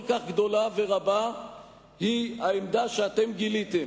כך גדולה ורבה היא העמדה שאתם גיליתם,